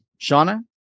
Shauna